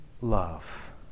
love